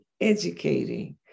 educating